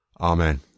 Amen